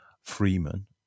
freeman